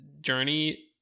journey